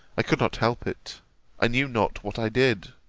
i could not help it i knew not what i did.